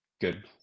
good